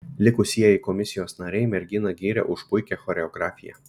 likusieji komisijos nariai merginą gyrė už puikią choreografiją